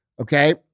Okay